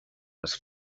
was